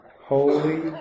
Holy